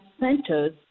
centers